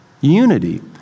unity